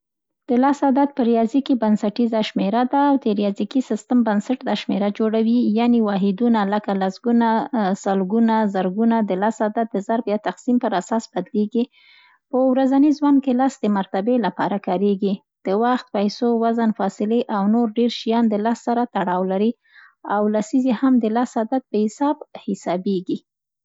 د لس عدد په رياضي کې بنسټيزه شمېره ده او د ریاضیکي سیستم بنسټ دا شمېره جوړوي. یعنې واحدونه، لکه: لسګونه، سلوګونه، زرهګونه ، د لس عدد د ضرب یا تقسیم پر اساس بدلېږي. په ورځني زوند کې لس د مرتبې لپاره کارېږي، د وخت، پیسو، وزن، فاصلې او نور ډېر شيان د لس سره تړاو لري او لسیزې هم د لس عدد په حساب، حسابېږي.